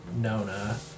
Nona